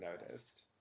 noticed